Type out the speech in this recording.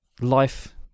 life